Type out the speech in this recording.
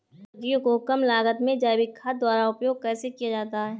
सब्जियों को कम लागत में जैविक खाद द्वारा उपयोग कैसे किया जाता है?